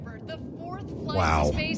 Wow